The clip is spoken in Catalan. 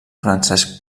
francesc